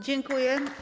Dziękuję.